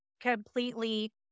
completely